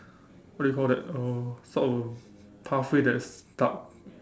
what do you call that a sort of a pathway that is dark